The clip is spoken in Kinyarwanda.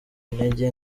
intege